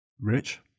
Rich